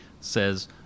says